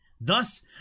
Thus